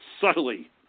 subtly